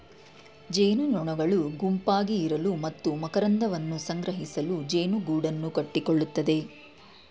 ಜೇನುನೊಣಗಳು ಗುಂಪಾಗಿ ಇರಲು ಮತ್ತು ಮಕರಂದವನ್ನು ಸಂಗ್ರಹಿಸಲು ಜೇನುಗೂಡನ್ನು ಕಟ್ಟಿಕೊಳ್ಳುತ್ತವೆ